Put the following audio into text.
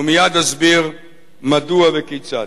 ומייד אסביר מדוע וכיצד.